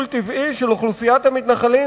יש גידול טבעי של אוכלוסיית המתנחלים,